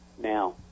now